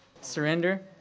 Surrender